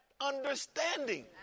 understanding